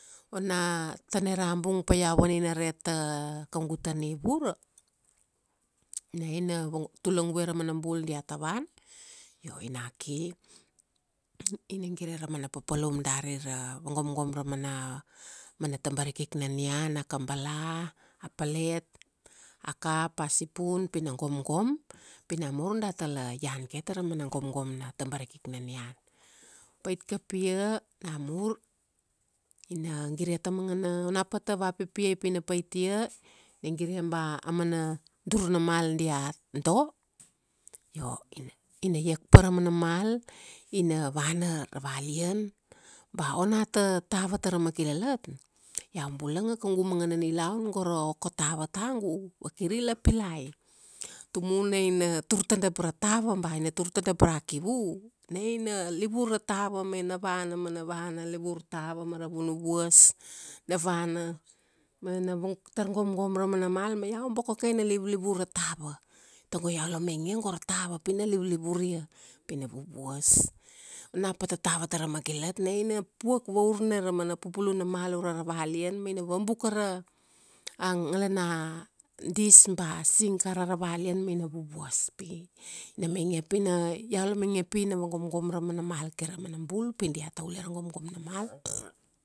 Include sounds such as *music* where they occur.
ona, tana ra bung pa iau vaninare ta, kaugu ta nivuara, na ina tulangvue ra mana bul diata vana, io ina ki, ina gire ra mana papalum dari ra, vagomgom ra mana tabarikik na nian, a kabala, a pelet, a cup, a sipun, pi na gomgom, pi namur data la ian ke tara mana gomgom na tabarikik na nian. Pait kapia, namur, ina gire tamangana, ona pata vapipiai pina pait ia, na gire ba amana dur na mal dia do, io ina, ina iak pa ra mana mal, ina vana ra valian, ba ona ta tava tara makilalat, iau bulanga kaugu mangana nilaun go ra oko tava tagu, vakir ila pilai. Tumu na ina, tur tadap ra tava, ba ina tur tadap ra kivu, na ina livur ra tava mai na vana mana vana livur tava mara vunuvuas. Na vana, ma vung, na tar gomgom ra mana mal, ma iau boko ke ina livlivur ra tava. Tago iau la mainge go ra tava pi na livlivuria. Pina vuvuas, ona pata tava tara makilalat, na ina puak vaur na ra mana pupulu na tava ura ra valian, ma ina vabuka ra ngalana dis ba sink ara ra valian ma ina vuvuas pi, ina mainge pina, iau la mainge pina vagomgom ra mana mal kaira mana bul pi diata ule ra gomgom na mal *noise*